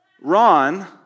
Ron